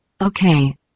Okay